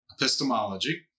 epistemology